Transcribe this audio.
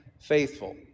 faithful